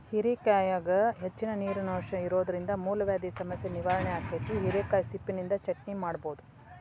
ಹೇರೆಕಾಯಾಗ ಹೆಚ್ಚಿನ ನೇರಿನಂಶ ಇರೋದ್ರಿಂದ ಮೂಲವ್ಯಾಧಿ ಸಮಸ್ಯೆ ನಿವಾರಣೆ ಆಕ್ಕೆತಿ, ಹಿರೇಕಾಯಿ ಸಿಪ್ಪಿನಿಂದ ಚಟ್ನಿ ಮಾಡಬೋದು